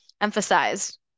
emphasized